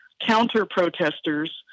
counter-protesters